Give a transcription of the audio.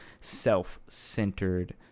self-centered